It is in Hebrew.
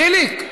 חיליק.